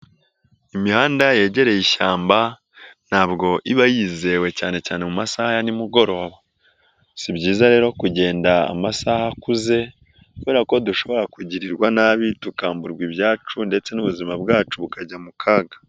Imihanda yegereye ishyamba ntabwo iba yizewe cyane cyane mu masaha ya nimugoroba, si byiza rero kugenda amasaha akuze kubera ko dushobora kugirirwa nabi tukamburwa ibyacu ndetse n'ubuzima bwacu bukajya mu kaga.